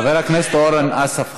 חבר הכנסת אורן אסף חזן,